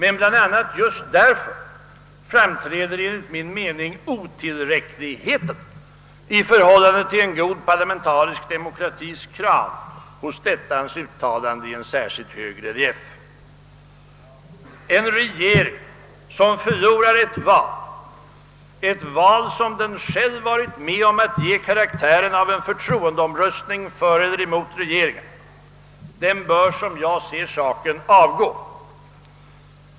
Av bl.a. denna anledning framträder enligt min mening otillräckligheten — i förhållande till en god parlamentarisk demokratis krav — hos detta hans uttalande på valnatten och ännu mer hos hans senare ställningstaganden i särskilt hög relief. En regering som förlorar ett val, ett val som den själv givit karaktären av en förtroendeomröstning för eller emot regeringen, den bör, som jag ser saken, avgå.